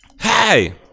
Hey